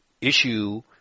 issue